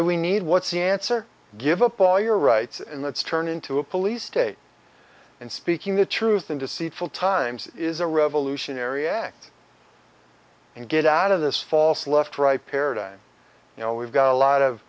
do we need what's the answer give up all your rights and let's turn into a police state and speaking the truth in deceitful times is a revolutionary act and get out of this false left right paradigm you know we've got a lot of